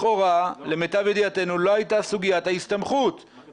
לכאורה, למיטב ידיעתנו, לא הייתה סוגיית ההסתמכות.